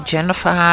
Jennifer